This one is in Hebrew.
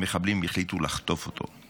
המחבלים החליטו לחטוף אותו.